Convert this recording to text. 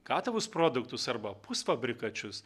gatavus produktus arba pusfabrikačius